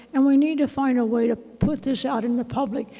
and we need to find a way to put this out in the public,